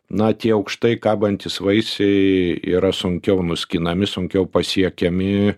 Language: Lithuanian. na tie aukštai kabantys vaisiai yra sunkiau nuskinami sunkiau pasiekiami